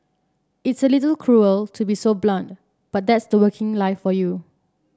it's a little cruel to be so blunt but that's the working life for you